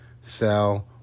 sell